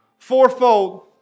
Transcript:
Fourfold